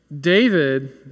David